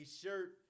shirt